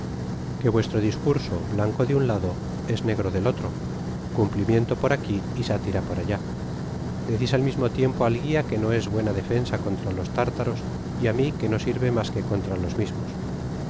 que vuestro discurso blanco de un lado es negro del otro oumplimiento por aqui y sátira por allá decis al mismo tiempo al guia quo es una buena defensa contra los tartaros y á mi que no sirve mas que contra los mismos